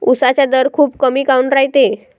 उसाचा दर खूप कमी काऊन रायते?